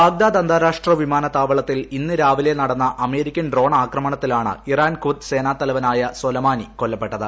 Baghdad അന്താരാഷ്ട്ര വിമാനത്താവളത്തിൽ ഇന്ന് രാവിലെ നടന്ന അമേരിക്കൻ ഡ്രോൺ ആക്രമണത്തിലാണ് ഇറാൻ കുദ് സേനാതലവനായ സൊലമാനി കൊല്ലപ്പെട്ടത്